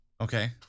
Okay